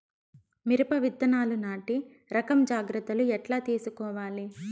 మిరప విత్తనాలు నాటి రకం జాగ్రత్తలు ఎట్లా తీసుకోవాలి?